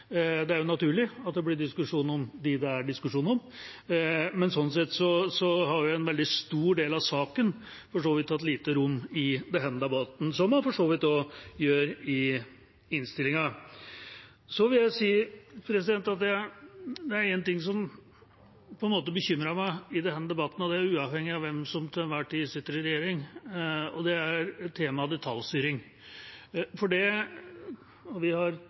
Det er naturlig at det blir diskusjon om dem det er diskusjon om, men sånn sett har en veldig stor del av saken fått lite rom i denne debatten, og for så vidt også i innstillinga. Så vil jeg si at det er én ting som bekymrer meg i denne debatten, og det er uavhengig av hvem som til enhver tid sitter i regjering, og det er temaet detaljstyring. Vi har brukt store deler av dagen i dag til å snakke om grunnlovsforslag, og det er et viktig element i maktfordelingen hvilken rolle Stortinget har,